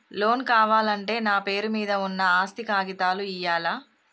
Loan కావాలంటే నా పేరు మీద ఉన్న ఆస్తి కాగితాలు ఇయ్యాలా?